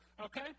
okay